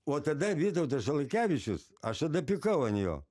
o tada vytautas žalakevičius aš tada pykau an jo